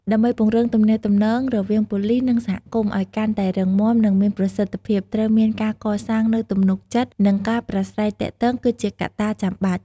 ដើម្បីពង្រឹងទំនាក់ទំនងរវាងប៉ូលីស និងសហគមន៍ ឲ្យកាន់តែរឹងមាំ និងមានប្រសិទ្ធភាព ត្រូវមានការកសាងនូវទំនុកចិត្ត និងការប្រាស្រ័យទាក់ទង គឺជាកត្តាចាំបាច់។